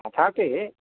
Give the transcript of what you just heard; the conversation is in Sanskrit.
तथापि